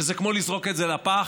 שזה כמו לזרוק את זה לפח,